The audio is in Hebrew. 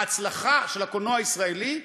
ההצלחה של הקולנוע הישראלי,